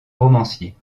romancier